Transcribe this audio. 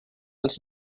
els